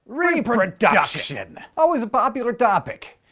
reproduction! always a popular topic,